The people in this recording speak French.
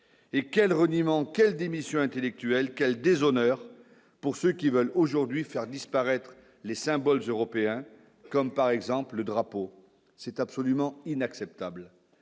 et quel reniement, quel démission intellectuelle quel déshonneur pour ceux qui veulent aujourd'hui faire disparaître les symboles des Européens comme par exemple le drapeau, c'est absolument inacceptable,